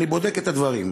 אני בודק את הדברים.